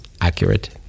accurate